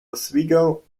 oswego